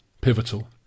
Pivotal